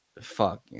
fuck